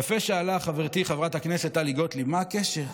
יפה שאלה חברתי חברת הכנסת טלי גוטליב: מה הקשר?